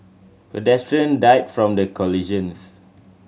pedestrian died from the collisions